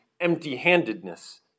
empty-handedness